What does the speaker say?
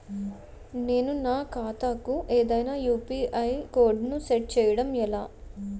నేను నా ఖాతా కు ఏదైనా యు.పి.ఐ కోడ్ ను సెట్ చేయడం ఎలా?